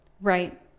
Right